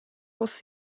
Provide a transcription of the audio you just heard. was